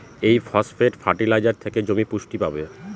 এই phosphate fertiliser থেকে জমি পুষ্টি পাবে